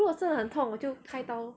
如果生的很痛我就开刀 lor